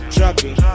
Trapping